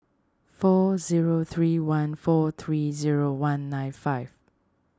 four zero three one four three zero one nine five